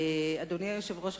אדוני היושב-ראש,